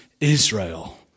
Israel